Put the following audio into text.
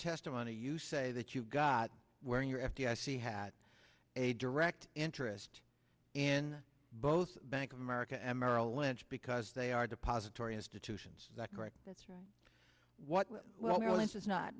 testimony you say that you've got wearing your f d i c had a direct interest in both bank of america and merrill lynch because they are depository institutions that correct that's right what well this is not